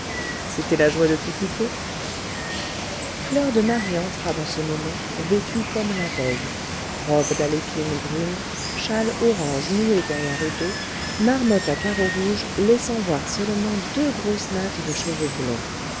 c'était la joie de te quitter fleur de marie entra dans ce moment vêtue comme la veille robe d'alépine brune châle orangé noué derrière le dos marmotte à carreaux rouges laissant voir seulement deux grosses nattes de cheveux blonds